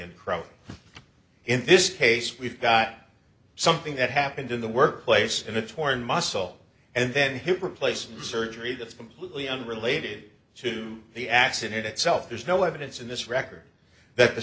and crow in this case we've got something that happened in the workplace in a torn muscle and then hip replacement surgery that's completely unrelated to the accident itself there's no evidence in this record that the